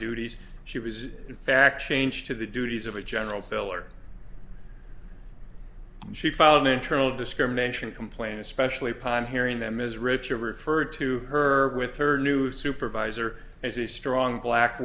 duties she was in fact changed to the duties of a general pillar she found an internal discrimination complaint especially upon hearing them as richard referred to her with her new supervisor as a strong black